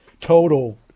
total